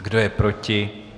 Kdo je proti?